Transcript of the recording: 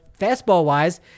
fastball-wise